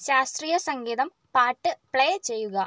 ശാസ്ത്രീയ സംഗീതം പാട്ട് പ്ലേ ചെയ്യുക